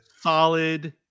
solid